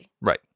Right